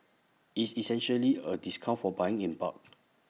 IT is essentially A discount for buying in bulk